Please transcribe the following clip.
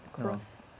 cross